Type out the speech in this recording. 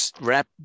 Wrap